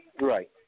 Right